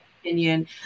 opinion